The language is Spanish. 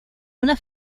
una